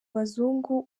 bazungu